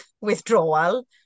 withdrawal